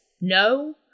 no